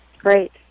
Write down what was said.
great